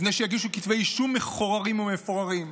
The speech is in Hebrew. לפני שיגישו כתבי אישום מחוררים ומפוררים.